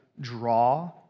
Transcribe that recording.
draw